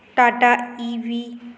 Tata E V